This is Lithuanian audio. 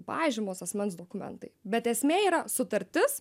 pažymos asmens dokumentai bet esmė yra sutartis